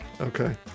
Okay